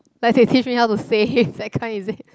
like they teach me how to save that kind is it